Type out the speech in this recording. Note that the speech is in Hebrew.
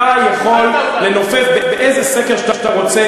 אתה יכול לנופף באיזה סקר שאתה רוצה